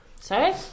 Sorry